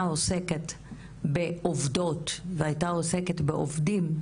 עוסקת בעובדות והיא הייתה עוסקת בעובדים,